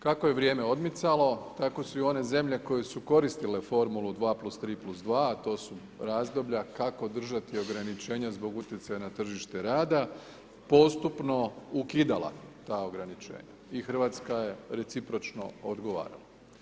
Kako je vrijeme odmicalo, tako su i one zemlje koje su koristile formulu 2+3+2, a to su razdoblja kako držati ograničenja zbog utjecaja na tržište rada, postupno ukidala ta ograničenja i RH joj recipročno odgovara.